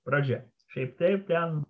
pradžia šiaip taip ten